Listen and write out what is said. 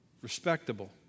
respectable